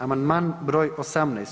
Amandman broj 18.